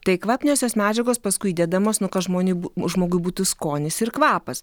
tai kvapniosios medžiagos paskui įdedamos nu kad žmonių bū žmogui būtų skonis ir kvapas